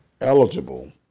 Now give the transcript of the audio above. eligible